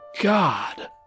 God